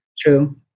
true